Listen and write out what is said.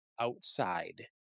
outside